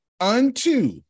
unto